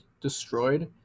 destroyed